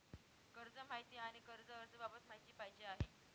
कर्ज माहिती आणि कर्ज अर्ज बाबत माहिती पाहिजे आहे